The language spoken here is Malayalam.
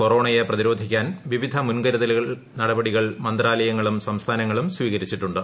കൊറോണയെ പ്രതിരോധിക്കാൻ ഏപ്രിധ മുൻകരുതൽ നടപടികൾ മന്ത്രാലയങ്ങളും സംസ്ഥാനങ്ങളും സ്ഥീകരിച്ചിട്ടുണ്ട്